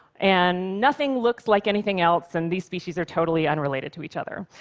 and nothing looks like anything else, and these species are totally unrelated to each other.